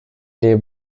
les